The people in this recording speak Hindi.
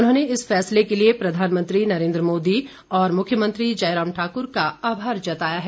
उन्होंने इस फैसले के लिए प्रधानमंत्री नरेन्द्र मोदी और मुख्यमंत्री जयराम ठाकुर का आभार जताया है